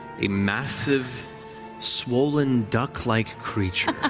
a massive swollen duck-like creature